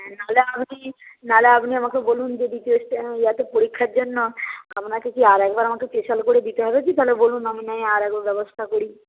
হ্যাঁ নাহলে আপনি নাহলে আপনি আমাকে বলুন যে পরীক্ষার জন্য আপনাকে কি আরেকবার আমাকে স্পেশাল করে দিতে হবে কি তাহলে বলুন আমি নয় আরেকবার ব্যবস্থা করি